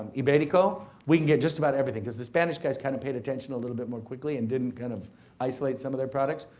iberico, we can get just about everything cause the spanish guys kind of paid attention a little bit more quickly and didn't kind of isolate some of their products.